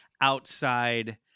outside